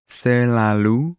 selalu